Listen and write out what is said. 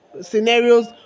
scenarios